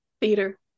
Theater